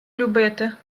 любити